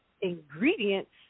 ingredients